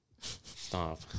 Stop